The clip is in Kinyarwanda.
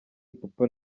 ipupa